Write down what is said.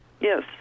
Yes